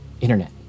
Internet